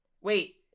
Wait